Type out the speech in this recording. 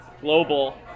global